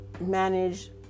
manage